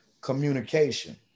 communication